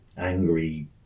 angry